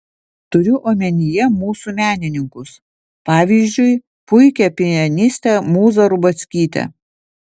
turiu omenyje mūsų menininkus pavyzdžiui puikią pianistę mūzą rubackytę